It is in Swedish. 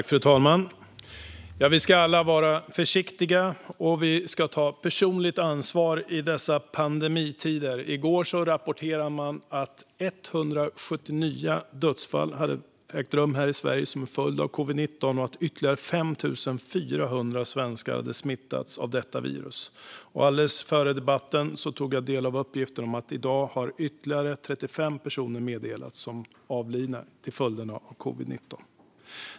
Fru talman! Vi ska alla vara försiktiga och ta personligt ansvar i dessa pandemitider. I går rapporterade man att 174 nya dödsfall hade ägt rum här i Sverige som en följd av covid-19 och att ytterligare 5 400 svenskar hade smittats av detta virus. Alldeles före debatten tog jag del av uppgiften att i dag har ytterligare 35 personer meddelats som avlidna till följd av covid-19.